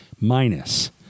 Minus